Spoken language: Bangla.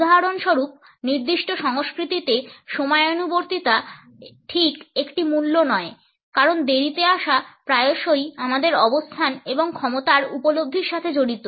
উদাহরণস্বরূপ নির্দিষ্ট সংস্কৃতিতে সময়ানুবর্তিতা ঠিক একটি মূল্য নয় কারণ দেরীতে আসা প্রায়শই আমাদের অবস্থান এবং ক্ষমতার উপলব্ধির সাথে জড়িত